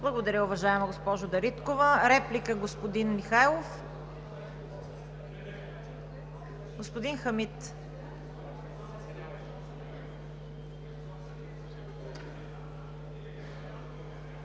Благодаря, уважаема госпожо Дариткова. Реплика, господин Михайлов. ГЕОРГИ МИХАЙЛОВ